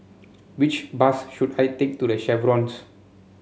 which bus should I take to The Chevrons